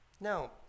Now